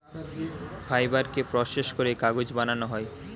ফাইবারকে প্রসেস করে কাগজ বানানো হয়